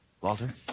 Walter